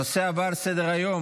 הנושא הבא על סדר-היום,